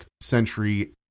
century